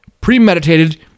premeditated